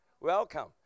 Welcome